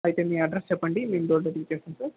అయితే మీ అడ్రస్ చెప్పండి మేము డోర్ డెలివరీ చేయడానికి